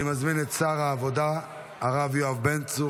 אני מזמין את שר העבודה הרב יואב בן צור